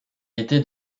était